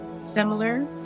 Similar